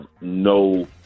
no